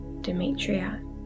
Demetria